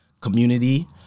community